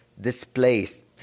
displaced